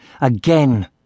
again